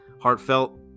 heartfelt